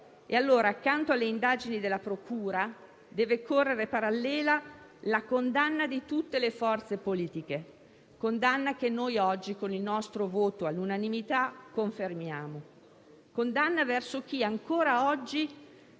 Accanto alle indagini della procura deve correre parallela allora la condanna di tutte le forze politiche; condanna che noi oggi con il nostro voto all'unanimità confermiamo; una condanna verso chi ancora oggi,